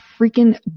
freaking